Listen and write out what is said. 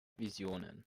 visionen